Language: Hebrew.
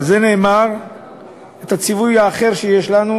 על זה נאמר הציווי האחר שיש לנו,